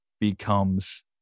becomes